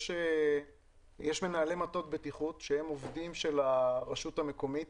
יש מנהלי מטות בטיחות שהם עובדים של הרשות המקומית